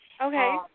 Okay